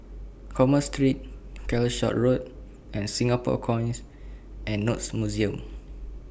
Commerce Street Calshot Road and Singapore Coins and Notes Museum